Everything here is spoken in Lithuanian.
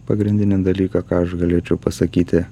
pagrindinį dalyką ką aš galėčiau pasakyti